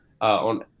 on